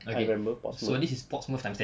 okay so this is portmore times ten